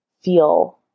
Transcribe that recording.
feel